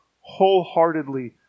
wholeheartedly